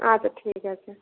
আচ্ছা ঠিক আছে